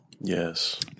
Yes